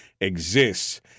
exists